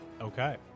Okay